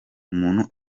umuntu